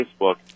facebook